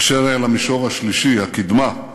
אשר למישור השלישי, הקדמה,